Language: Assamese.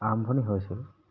আৰম্ভণি হৈছিল